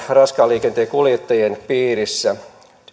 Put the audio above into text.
raskaan liikenteen kuljettajien piirissä